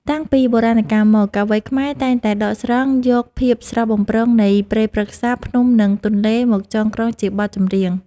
តាំងពីបុរាណកាលមក កវីខ្មែរតែងតែដកស្រង់យកភាពស្រស់បំព្រងនៃព្រៃព្រឹក្សា ភ្នំ និងទន្លេ មកចងក្រងជាបទចម្រៀង។